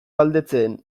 galdetzen